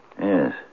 Yes